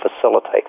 facilitate